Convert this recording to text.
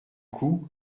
coup